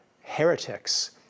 heretics